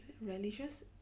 religious